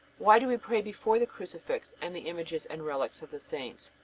why do we pray before the crucifix and the images and relics of the saints?